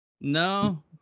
No